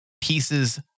pieces